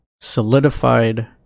solidified